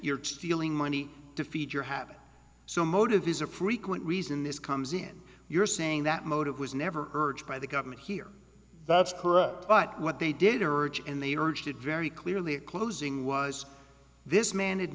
can stealing money to feed your happen so motive is a frequent reason this comes in you're saying that motive was never urged by the government here that's correct but what they did urge and they urged it very clearly at closing was this man